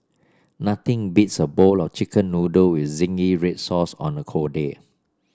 nothing beats a bowl of chicken noodle with zingy red sauce on a cold day